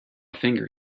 finger